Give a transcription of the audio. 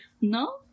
No